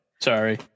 Sorry